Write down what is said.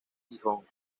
gijón